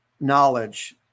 knowledge